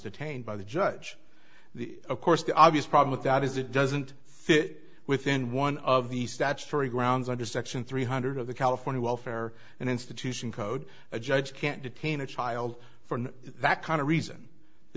detained by the judge the of course the obvious problem with that is it doesn't fit within one of the statutory grounds under section three hundred of the california welfare and institution code a judge can't detain a child for that kind of reason the